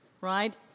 right